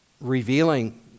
revealing